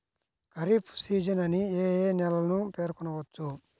Kharif season అని ఏ ఏ నెలలను పేర్కొనవచ్చు?